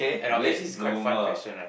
at our age this is quite fun question right